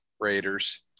Raiders